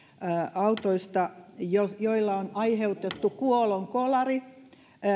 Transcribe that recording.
autoista joilla on aiheutettu kuolonkolari